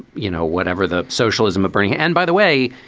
you know, whatever the socialism of burning and by the way,